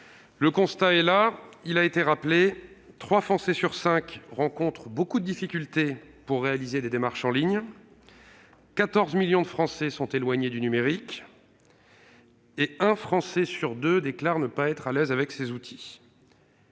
collègues, cela a été rappelé, trois Français sur cinq rencontrent beaucoup de difficultés pour réaliser des démarches en ligne, 14 millions de Français sont éloignés du numérique et un Français sur deux déclare ne pas être à l'aise avec ces outils.